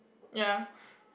ya